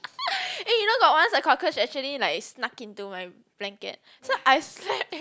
eh you know got once a cockroach actually like snuck into my blanket so I slept